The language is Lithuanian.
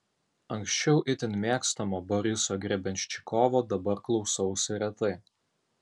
anksčiau itin mėgstamo boriso grebenščikovo dabar klausausi retai